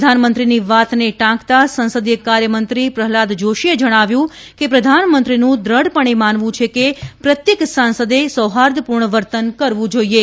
પ્રધાનમંત્રીની વાતને ટાંકતા સંસદીય કાર્ય મંત્રી પ્રહલાદ જાષીએ જણાવ્યું હતું કે પ્રધાનમંત્રીનું દૃઢપણે માનવું છે કે પ્રત્યેક સાંસદે સૌહાર્દપૂર્ણ વર્તન કરવું જાઈએ